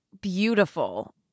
Beautiful